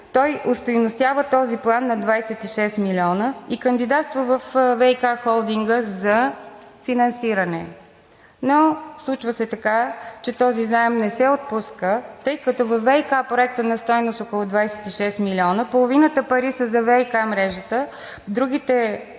той остойностява този план на 26 милиона и кандидатства във ВиК холдинга за финансиране. Но случва се така, че този заем не се отпуска, тъй като във ВиК проекта на стойност около 26 милиона половината пари са за ВиК мрежата, другите